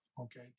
Okay